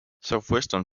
southwestern